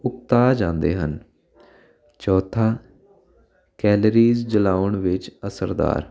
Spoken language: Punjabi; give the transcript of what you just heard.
ਉਕਤਾ ਜਾਂਦੇ ਹਨ ਚੌਥਾ ਕੈਲੋਰੀਜ ਜਲਾਉਣ ਵਿੱਚ ਅਸਰਦਾਰ